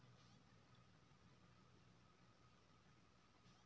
परवल पौधा में पत्ता बहुत छै लेकिन फरय किये नय छै?